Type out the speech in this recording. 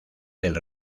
del